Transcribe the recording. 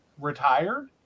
retired